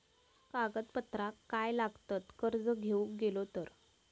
कागदपत्रा काय लागतत कर्ज घेऊक गेलो तर?